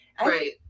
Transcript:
Right